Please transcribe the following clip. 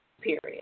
Period